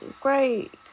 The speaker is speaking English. great